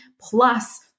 plus